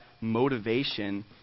motivation